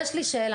יש לי שאלה,